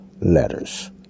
letters